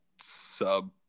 sub-